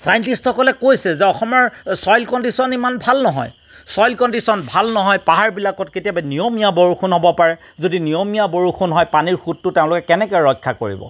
scientist সকলে কৈছে যে অসমৰ চইল কণ্ডিশ্যন ইমান ভাল নহয় চইল কণ্ডিশ্যন ভাল নহয় পাহাৰবিলাকত কেতিয়াবা নিয়মীয়া বৰষুণ হ'ব পাৰে যদি নিয়মীয়া বৰষুণ হয় পানীৰ সোঁতটো তেওঁলোকে কেনেকে ৰক্ষা কৰিব